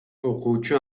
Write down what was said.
окуучу